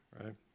right